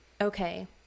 okay